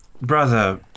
brother